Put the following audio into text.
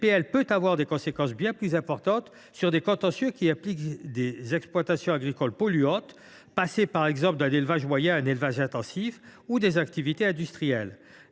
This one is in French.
emporter des conséquences très importantes sur des contentieux qui impliquent des exploitations agricoles polluantes – qui seraient, par exemple, passées d’un élevage moyen à un élevage intensif – ou des activités industrielles.